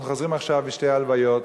אנחנו חוזרים עכשיו משתי הלוויות,